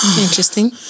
Interesting